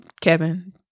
Kevin